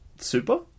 Super